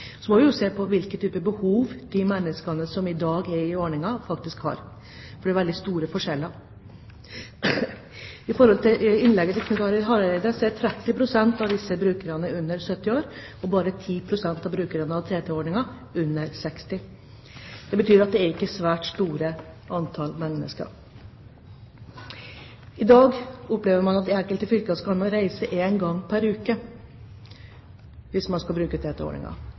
Så må vi se på hvilke typer behov de menneskene som i dag har denne ordningen, faktisk har, for det er veldig store forskjeller. Med henvisning til innlegget fra Knut Arild Hareide: 30 pst. av brukerne av TT-ordningen er under 70 år og bare 10 pst. av brukerne under 60 år. Det betyr at det er ikke et svært stort antall mennesker. I dag kan man i enkelte fylker reise én gang pr. uke hvis man skal bruke